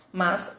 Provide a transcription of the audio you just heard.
mas